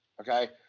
okay